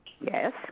Yes